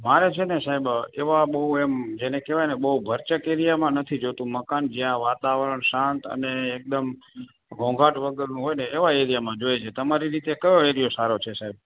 મારે છે ને સાહેબ એવા બહુ એમ જેને કહેવાય ને બહું ભરચક એરિયામાં નથી જોઇતું મકાન જ્યાં વાતાવરણ શાંત અને એકદમ ઘોંઘાટ વગરનું હોય ને એવા એરિયામાં જોઈએ છે તમારી રીતે કયો એરિયો સારો છે સાહેબ